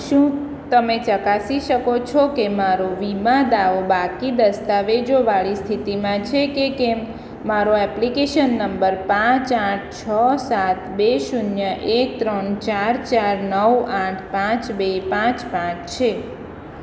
શું તમે ચકાસી શકો છો કે મારો વીમા દાવો બાકી દસ્તાવેજોવાળી સ્થિતિમાં છે કે કેમ મારો એપ્લિકેશન નંબર પાંચ આઠ છ સાત બે શૂન્ય એક ત્રણ ચાર ચાર નવ આઠ પાંચ બે પાંચ પાંચ છે